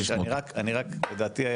לדעתי,